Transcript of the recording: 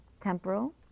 temporal